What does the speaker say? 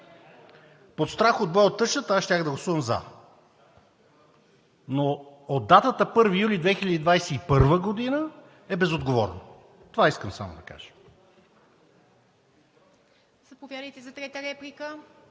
под страх от бой от тъщата, аз щях да гласувам за. Но от датата 1 юли 2021 г. е безотговорно. Това искам само да кажа.